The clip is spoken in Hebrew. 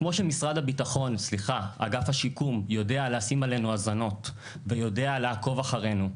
כמו שאגף השיקום יודע לשים עלינו האזנות ויודע לעקוב אחרינו,